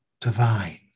divine